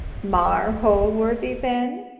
marr holworthy then.